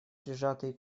прижатой